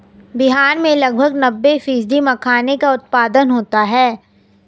बिहार में लगभग नब्बे फ़ीसदी मखाने का उत्पादन होता है